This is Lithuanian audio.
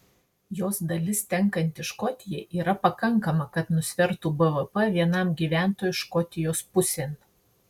jos dalis tenkanti škotijai yra pakankama kad nusvertų bvp vienam gyventojui škotijos pusėn